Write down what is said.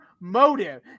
motive